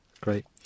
great